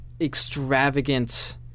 extravagant